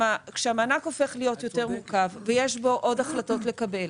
כשהמענק הופך להיות מורכב יותר ויש בו עוד החלטות לקבל